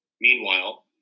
Meanwhile